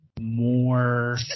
more